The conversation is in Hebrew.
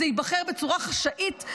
זה ייבחר בצורה חשאית,